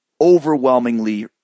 overwhelmingly